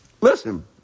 listen